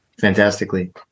fantastically